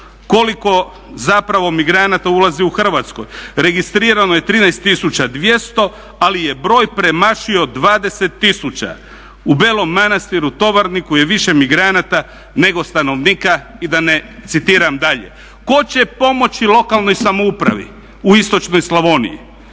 koliko zapravo migranata ulazi u Hrvatsku. Registrirano je 13200, ali je broj premašio 20000. U Belom Manastiru i Tovarniku je više migranata nego stanovnika i da ne citiram dalje. Tko će pomoći lokalnoj samoupravi u istočnoj Slavoniji?